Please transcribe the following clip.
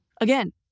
again